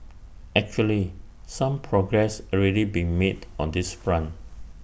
actually some progress already been made on this front